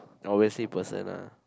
always same person ah